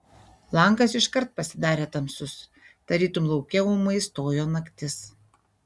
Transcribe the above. langas iškart pasidarė tamsus tarytum lauke ūmai stojo naktis